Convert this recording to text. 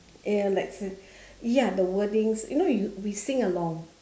ya let's say ya the wordings you know you we sing along